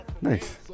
Nice